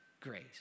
grace